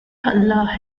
allah